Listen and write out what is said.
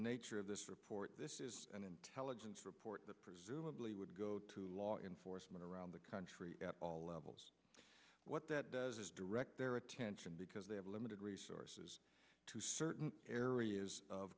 nature of this report this is an intelligence report that presumably would go to law enforcement around the country at all levels what that does is direct their attention because they have limited resources to certain areas of